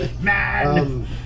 Man